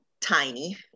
tiny